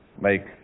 make